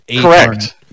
correct